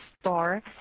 star